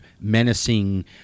menacing